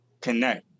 connect